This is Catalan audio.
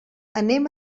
anem